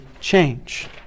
change